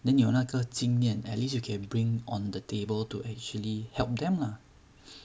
then 你有那个经验 at least you can bring on the table to actually help them lah